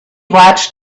watched